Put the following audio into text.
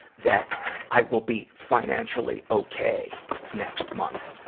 that i will be financially okay next month.